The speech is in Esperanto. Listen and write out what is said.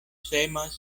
semas